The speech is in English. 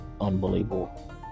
unbelievable